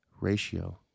ratio